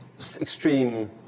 extreme